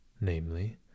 namely